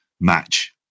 match